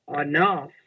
enough